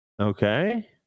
Okay